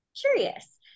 curious